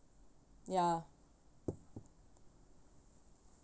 ya